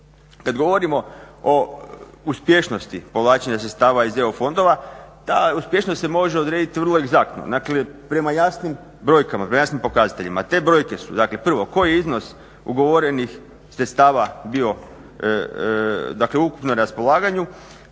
Kad govorimo o uspješnosti povlačenja sredstava iz EU fondova, ta uspješnost se može odrediti vrlo egzaktno. Dakle prema jasnim brojkama, jasnim pokazateljima te brojke su dakle prvo koji iznos ugovorenih sredstava bio dakle u ukupnom raspolaganju,